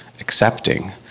accepting